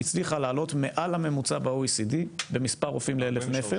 הצליחה לעלות מעל הממוצע ב-OECD במספר הרופאים לנפש,